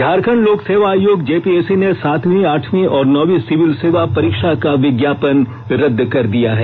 झारखंड लोक सेवा आयोग जेपीएससी ने सातवीं आठवीं और नौवीं सिविल सेवा परीक्षा का विज्ञापन रद्द कर दिया है